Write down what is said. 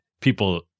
people